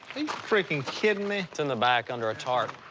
freaking kidding me? it's in the back, under a tarp.